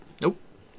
Nope